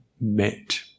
met